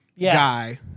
guy